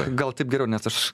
gal taip geriau nes aš